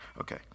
Okay